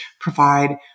provide